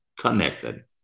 connected